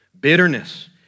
bitterness